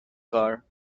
car